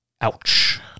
Ouch